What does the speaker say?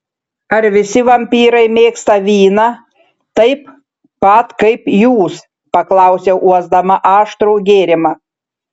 ar visi vampyrai mėgsta vyną taip pat kaip jūs paklausiau uosdama aštrų gėrimą